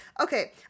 Okay